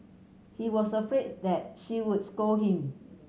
he was afraid that she would scold him